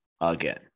again